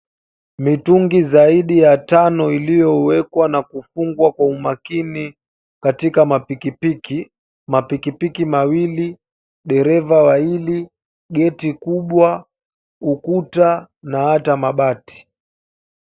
Mitungi zaidi ya tano yaliyowekwa na kufungwa kwa umakini katika mapikipiki. Mapikipiki mawili, dereva wa hili, geti kubwa, ukuta na hata mabati.